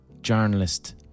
journalist